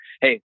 hey